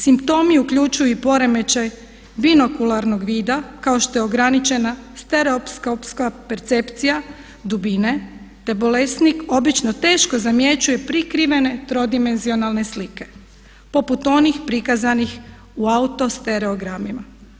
Simptomi uključuju i poremećaj binokularnog vida kao što je ograničena stereoskopska percepcija dubine te bolesnik obično teško zamjećuje prikrivene trodimenzionalne slike poput onih prikazanih u autostereogramima.